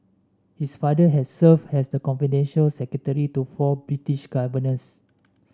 his father had served as the confidential secretary to four British governors